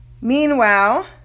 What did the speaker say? meanwhile